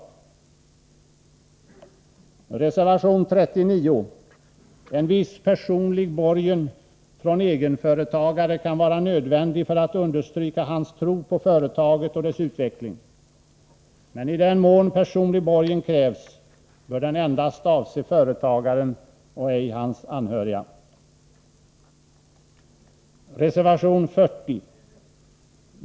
Reservation 39. En viss personlig borgen från egenföretagare kan vara nödvändig för att understryka hans tro på företaget och dess utveckling. I den mån personlig borgen krävs bör den dock endast avse företagaren och ej hans anhöriga. Reservation 40.